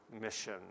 mission